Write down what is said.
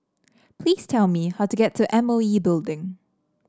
please tell me how to get to M O E Building